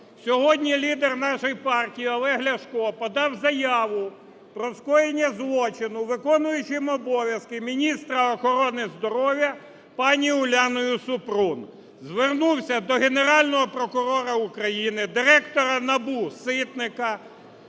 Сьогодні лідер нашої партії Олег Ляшко подав заяву про скоєння злочину виконуючим обов'язки міністра охорони здоров'я пані Уляною Супрун. Звернувся до Генерального прокуратура України, директора НАБУ Ситника,